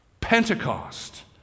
Pentecost